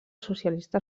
socialista